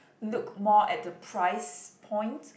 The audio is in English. look more at the price point